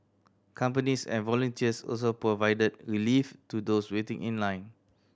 companies and volunteers also provided relief to those waiting in line